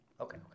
Okay